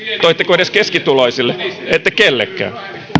toitteko edes keskituloisille ette kellekään